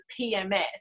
PMS